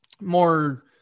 more